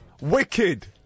Wicked